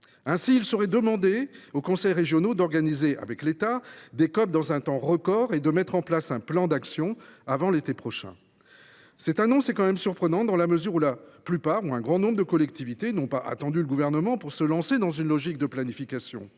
Ainsi, il serait demandé aux conseils régionaux d’organiser, avec l’État, des COP dans un temps record et de mettre en place un plan d’action avant l’été prochain. Une telle annonce est tout de même surprenante dans la mesure où la plupart des collectivités ou, du moins, un grand nombre d’entre elles n’ont pas attendu le Gouvernement pour se lancer dans une logique de planification.